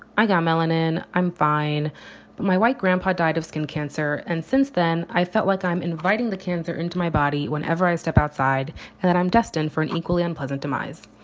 i got melanin i'm fine, but my white grandpa died of skin cancer. and since then, i felt like i'm inviting the cancer into my body whenever i step outside and that i'm destined for an equally unpleasant demise.